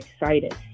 excited